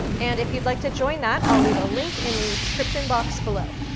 and if you'd like to join that, i'll leave a link in the description box below.